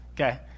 Okay